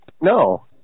No